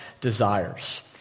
desires